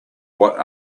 what